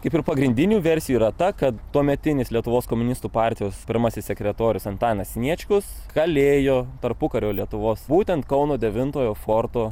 kaip ir pagrindinių versijų yra ta kad tuometinis lietuvos komunistų partijos pirmasis sekretorius antanas sniečkus kalėjo tarpukario lietuvos būtent kauno devintojo forto